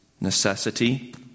necessity